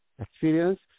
experience